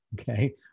Okay